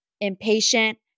impatient